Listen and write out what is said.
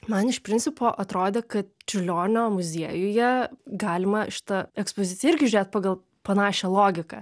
man iš principo atrodė kad čiurlionio muziejuje galima šitą ekspoziciją irgi žiūrėt pagal panašią logiką